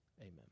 Amen